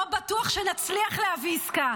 לא בטוח שנצליח להביא עסקה.